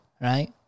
right